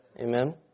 Amen